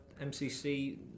MCC